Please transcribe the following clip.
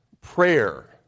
prayer